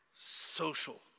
social